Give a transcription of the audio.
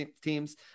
teams